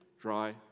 Dry